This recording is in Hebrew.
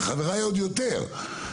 וחבריי עוד יותר,